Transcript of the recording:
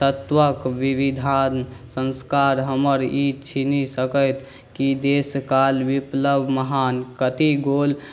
तत्वके विविधा सँस्कार हमर ई छीनि सकैत कि देश काल विप्लव महान कती गोल